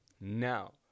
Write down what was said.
Now